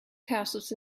castles